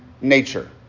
nature